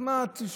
אז מה התשובה?